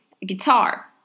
guitar